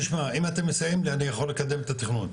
תשמע אם אתם מסייעים לי אני יכול לקדם את התכנון?